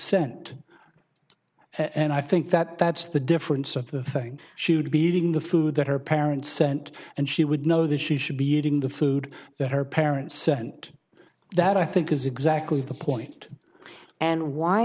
sent and i think that that's the difference of the thing she would be eating the food that her parents sent and she would know that she should be eating the food that her parents sent that i think is exactly the point and why